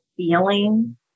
Feeling